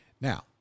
Now